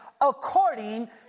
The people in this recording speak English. according